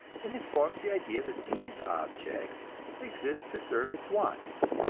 and it forms the idea that these objects exist to serve its wants.